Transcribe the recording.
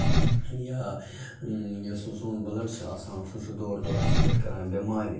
یا یُس سُہ سون بٕلَڈ چھُ آسان سُہ چھُ دورٕ دورٕ اَصٕل پٲٹھۍ کران بیمارِ